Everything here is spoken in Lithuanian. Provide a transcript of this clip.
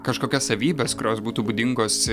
kažkokias savybes kurios būtų būdingos